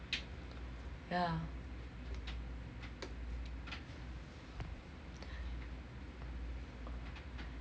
yeah